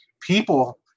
people